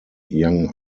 young